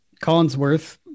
Collinsworth